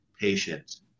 patients